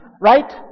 Right